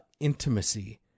intimacy